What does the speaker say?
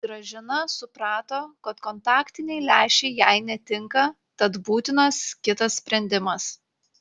gražina suprato kad kontaktiniai lęšiai jai netinka tad būtinas kitas sprendimas